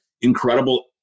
Incredible